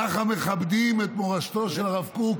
ככה מכבדים את מורשתו של הרב קוק?